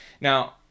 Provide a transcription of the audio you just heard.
now